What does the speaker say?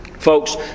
Folks